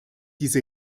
diese